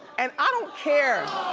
and i don't care.